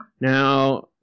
Now